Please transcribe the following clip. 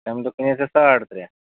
تَمہِ دۄہ کٔنیتھ ژےٚ ساڑ ترٛےٚ